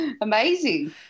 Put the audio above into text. amazing